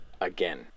again